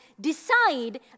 decide